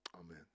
Amen